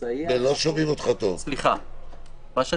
הסבירות שספק ייכנס בדיוק כספק חדש באירוע המשברי ולא ישאל: למה אני